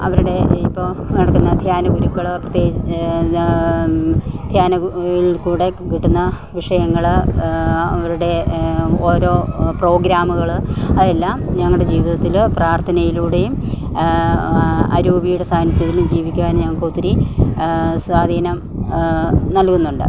അവരുടെ ഇപ്പോൾ നടത്തുന്ന ധ്യാന ഗുരുക്കൾ പ്രത്യേകിച്ച് കൂടെ കിട്ടുന്ന വിഷയങ്ങൾ അവരുടെ ഓരോ പ്രോഗ്രാമുകൾ അതെല്ലാം ഞങ്ങളുടെ ജീവിതത്തിൽ പ്രാർത്ഥനയിലൂടെയും അരൂവീടെ സ്വാധീനത്തിലും ജീവിക്കാൻ ഞങ്ങൾക്ക് ഒത്തിരി സ്വാധീനം നൽകുന്നുണ്ട്